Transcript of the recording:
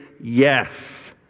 yes